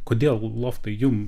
kodėl loftai jum